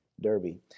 Derby